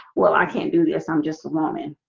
well i can't do this i'm just a woman